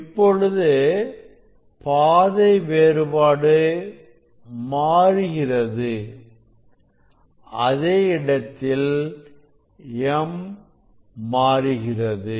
இப்பொழுது பாதை வேறுபாடு மாறுகிறது அதே இடத்தில் m மாறுகிறது